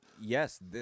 yes